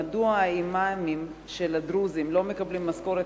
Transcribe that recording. מדוע האימאמים של הדרוזים לא מקבלים משכורת